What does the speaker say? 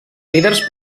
líders